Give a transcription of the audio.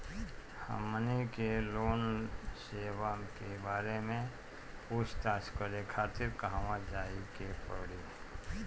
हमनी के लोन सेबा के बारे में पूछताछ करे खातिर कहवा जाए के पड़ी?